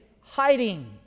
hiding